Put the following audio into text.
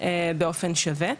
באופן שווה.